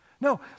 No